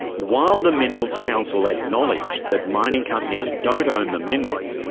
while the minerals council acknowledged that mining companies don't own the minerals,